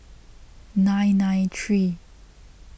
nine nine three